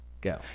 go